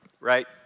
Right